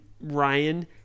Ryan